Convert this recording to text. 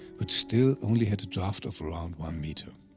which still only had a draft of around one meter.